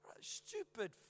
Stupid